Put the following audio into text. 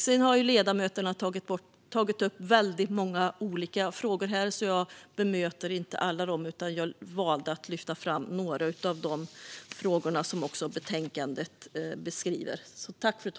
Sedan har ledamöterna tagit upp väldigt många olika frågor, men jag bemöter inte alla utan valde att lyfta fram några av de frågor som beskrivs i betänkandet.